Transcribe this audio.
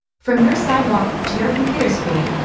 from your sidewalk to your computer screen,